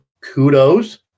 Kudos